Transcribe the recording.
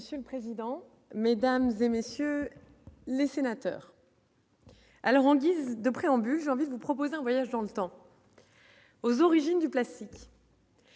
Monsieur le président, Mesdames et messieurs les sénateurs. Alors, en guise de préambule j'envie vous propose un voyage dans le temps aux origines du classique.